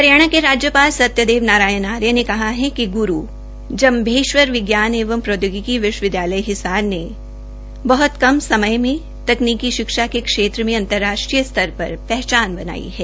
हरियाणा के राज्यपाल सत्यदेव नारायण आर्य ने कहा है कि ग्रू जम्भेश्वर विज्ञान एवं प्रौद्योगिकी विश्वविदयालय हिसार ने बहत कम समय में तकनीकी शिक्षा के क्षेत्र में अंतर्राष्ट्रीय स्तर पर पहचान बनाई है